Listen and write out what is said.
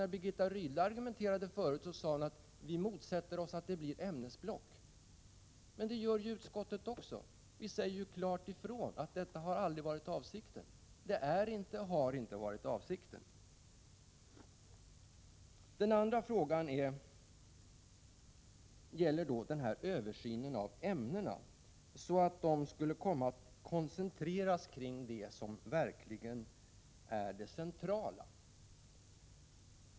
När Birgitta Rydle argumenterade förut sade hon att moderaterna motsätter sig ämnesblock. Det gör utskottet också. Vi i utskottet säger klart ifrån att det inte är och har aldrig varit avsikten. Den andra frågan gäller översynen av ämnena i syfte att de skall komma att koncentreras kring det som verkligen är det centrala.